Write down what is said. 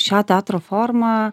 šią teatro formą